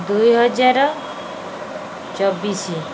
ଦୁଇହଜାର ଚବିଶି